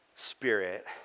spirit